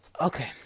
Okay